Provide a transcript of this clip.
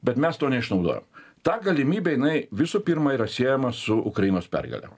bet mes to neišnaudojom ta galimybė jinai visų pirma yra siejama su ukrainos pergale